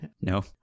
No